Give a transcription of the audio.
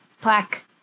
plaque